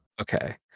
Okay